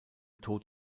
tod